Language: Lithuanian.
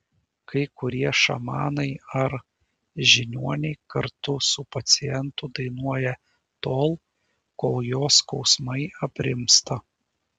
kai kurie šamanai ar žiniuoniai kartu su pacientu dainuoja tol kol jo skausmai aprimsta